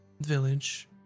village